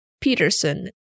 Peterson